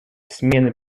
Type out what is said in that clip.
смены